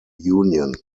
union